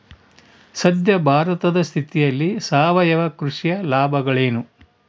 ಸದ್ಯ ಭಾರತದ ಸ್ಥಿತಿಯಲ್ಲಿ ಸಾವಯವ ಕೃಷಿಯ ಲಾಭಗಳೇನು?